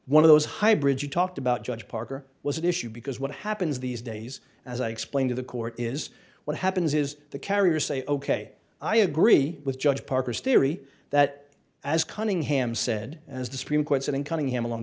one of those hybrid you talked about judge parker was an issue because what happens these days as i explained to the court is what happens is the carriers say ok i agree with judge parker's theory that as cunningham said as the supreme court said in cunningham a long